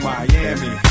Miami